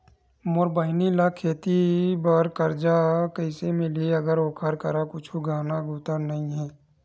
मोर बहिनी ला खेती बार कर्जा कइसे मिलहि, अगर ओकर करा कुछु गहना गउतरा नइ हे?